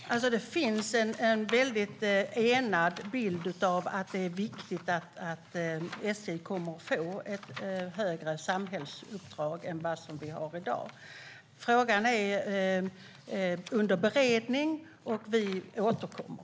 Herr talman! Det finns en väldigt enig bild av att det är viktigt att SJ kommer att få ett större samhällsuppdrag än vad vi har i dag. Frågan är under beredning, och vi återkommer.